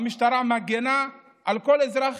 המשטרה מגינה על כל אזרח